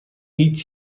هیچ